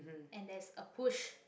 and there's a push